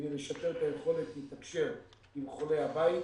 כדי לשפר את היכולת לתקשר עם חולי הבית.